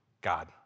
God